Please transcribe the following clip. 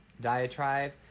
Diatribe